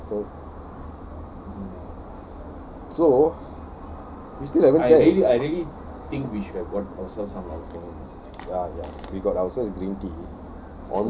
that kind of thing lah so we still haven't ya ya we got ourselves green tea